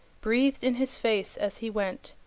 breathed in his face as he went,